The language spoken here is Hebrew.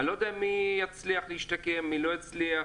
אני לא יודע מי יצליח להשתקם ומי לא יצליח,